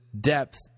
depth